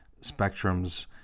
spectrums